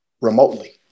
remotely